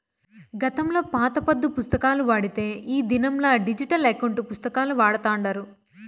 గతంలో పాత పద్దు పుస్తకాలు వాడితే ఈ దినంలా డిజిటల్ ఎకౌంటు పుస్తకాలు వాడతాండారు